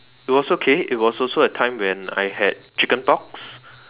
it was okay it was also a time when I had chicken pox